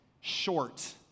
short